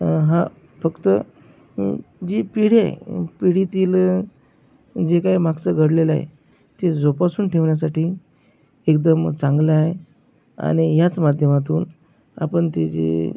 हा फक्त जी पिढी आहे पिढीतील जे काही मागचं घडलेलं आहे ते जोपासून ठेवण्यासाठी एकदम चांगलं आहे आणि याच माध्यमातून आपण ते जे